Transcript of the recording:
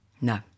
No